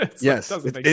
yes